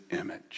image